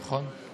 נכון?